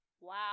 Wow